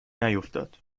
نیفتاد